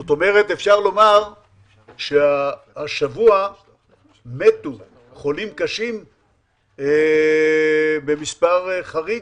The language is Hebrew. האם אפשר לומר שהשבוע מתו חולים קשים במספר חריג?